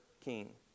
King